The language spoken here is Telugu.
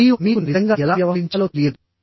మరియు మీకు నిజంగా ఎలా వ్యవహరించాలో తెలియదు